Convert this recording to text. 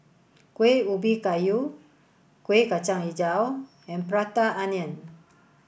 Kuih Ubi Kayu Kuih Kacang Hijau and Prata Onion